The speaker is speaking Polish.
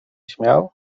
śmiał